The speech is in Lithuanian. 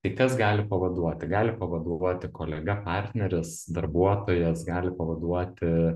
tai kas gali pavaduoti gali pavaduoti kolega partneris darbuotojas gali pavaduoti